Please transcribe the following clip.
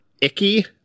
icky